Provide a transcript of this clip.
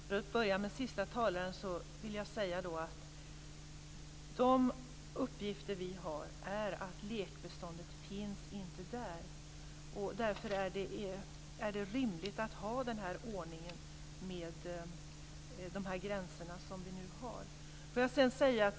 Fru talman! För att börja med det sista vill jag säga att de uppgifter vi har är att lekbeståndet inte finns där. Därför är det rimligt att ha den här ordningen med de gränser som vi nu har.